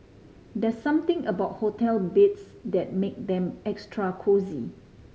there something about hotel beds that make them extra cosy